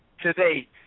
today